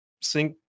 sync